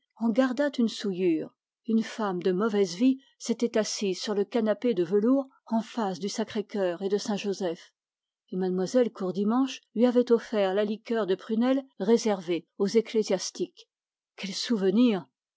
en gardât une souillure une femme de mauvaise vie s'était assise sur le canapé de velours en face du sacré-cœur et de saintjoseph et mlle courdimanche lui avait offert la liqueur de prunelle réservée aux ecclésiastiques quel souvenir